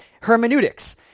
hermeneutics